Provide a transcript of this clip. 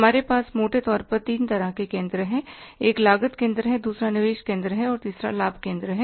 हमारे पास मोटे तौर पर तीन तरह के केंद्र हैं एक लागत केंद्र है दूसरा निवेश केंद्र है और तीसरा लाभ केंद्र है